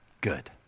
Good